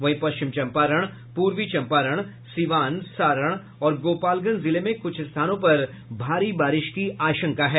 वहीं पश्चिम चम्पारण पूर्वी चम्पारण सीवान सारण और गोपालगंज जिले में कुछ स्थानों पर भारी बारिश की आशंका है